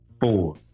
four